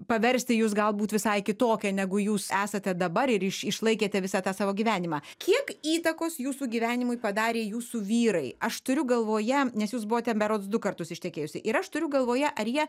paversti jus galbūt visai kitokia negu jūs esate dabar ir iš išlaikėte visą tą savo gyvenimą kiek įtakos jūsų gyvenimui padarė jūsų vyrai aš turiu galvoje nes jūs buvote berods du kartus ištekėjusi ir aš turiu galvoje ar jie